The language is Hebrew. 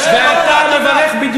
איך אז הם היו בני-הגנה?